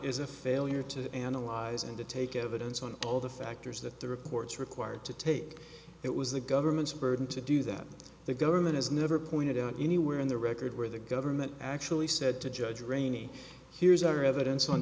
is a failure to analyze and to take evidence on all the factors that the reports required to take it was the government's burden to do that the government has never pointed out anywhere in the record where the government actually said to judge rainey here's our evidence on